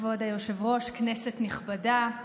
כבוד היושב-ראש, כנסת נכבדה,